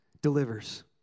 Delivers